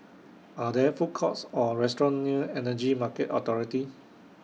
Are There Food Courts Or restaurants near Energy Market Authority